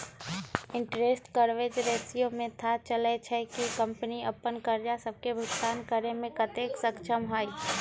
interest coverage ratio से थाह चललय छै कि कंपनी अप्पन करजा सभके भुगतान करेमें कतेक सक्षम हइ